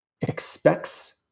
expects